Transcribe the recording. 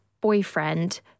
boyfriend